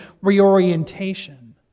reorientation